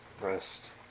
rest